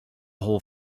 whole